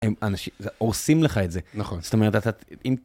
הם אנשים, הורסים לך את זה. נכון, זאת אומרת אתה, אם...